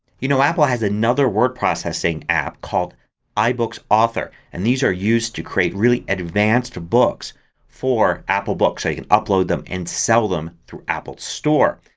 you know apple has another word processing app called ibooks author. and these are used to create really advanced books for apple books. so you can upload them and sell them through apple's store.